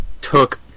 took